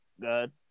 good